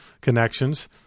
connections